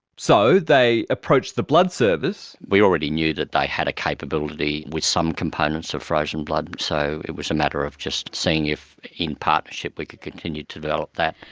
so they approached the blood service. we already knew that they had a capability with some components of frozen blood, so it was a matter of just seeing if in partnership we could continue to develop that.